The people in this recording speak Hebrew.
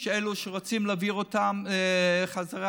אלה שרוצים להעביר אותם בחזרה.